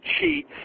cheat